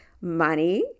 money